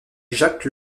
jacques